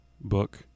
book